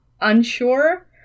unsure